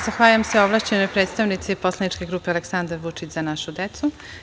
Zahvaljujem se ovlašćenoj predstavnici poslaničke grupe Aleksandar Vulić – Za našu decu.